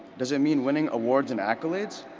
does it mean winning awards and accolades?